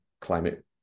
climate